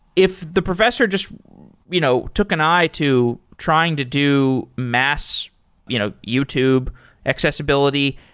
if the professor just you know took an eye to trying to do mass you know youtube accessibility,